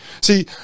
See